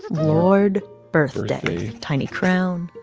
lord birthday tiny crown,